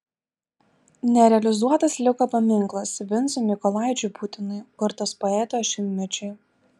nerealizuotas liko paminklas vincui mykolaičiui putinui kurtas poeto šimtmečiui